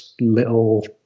little